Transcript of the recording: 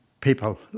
People